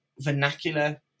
vernacular